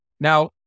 Now